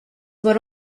what